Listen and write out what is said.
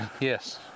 Yes